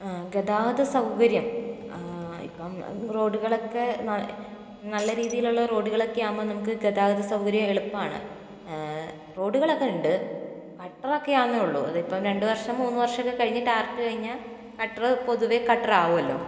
ഗതാഗത സൗകര്യം ഇപ്പോൾ റോഡുകളൊക്കെ നല്ല രീതീയിലുള്ള റോഡുകളൊക്കെയാകുമ്പോൾ നമുക്ക് ഗതാഗത സൗകര്യം എളുപ്പമാണ് റോഡുകളൊക്കെയുണ്ട് ഗട്ടറൊക്കെയാണെന്നേയുള്ളൂ അതിപ്പോൾ രണ്ട് വർഷം മൂന്ന് വർഷമൊക്കെ കഴിഞ്ഞ് ടാറിട്ട് കഴിഞ്ഞാൽ ഗട്ടറ് പൊതുവേ ഗട്ടറാകുമല്ലോ